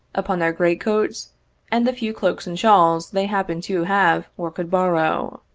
upon their great coats and the few cloaks and shawls they happened to have or could borrow.